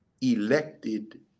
elected